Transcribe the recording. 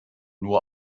nur